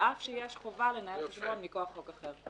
על אף שיש חובה לנהל חשבון מכוח חוק אחר.